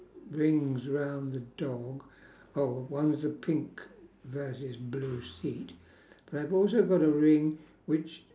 rings round the dog oh one's a pink versus blue seat but I've also got a ring which